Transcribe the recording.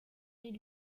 est